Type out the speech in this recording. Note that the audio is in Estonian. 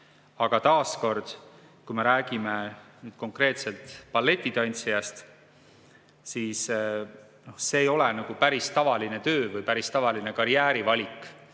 Aga taas kord, kui me räägime konkreetselt balletitantsijast, siis see ei ole päris tavaline töö või päris tavaline karjäärivalik,